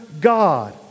God